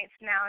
now